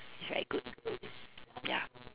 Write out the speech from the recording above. it's very good ya